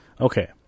okay